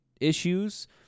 issues